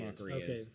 Okay